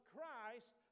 Christ